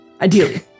Ideally